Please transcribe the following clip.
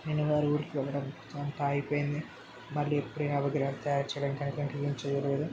నేను వారి ఊరికి వెళ్ళడం అంతా అయిపోయింది మళ్ళీ ఎప్పుడైనా విగ్రహాలు తయారు చెయ్యడం ఇంకా అటువంటియేం చెయ్యలేదు